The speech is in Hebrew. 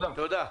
תודה.